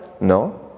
No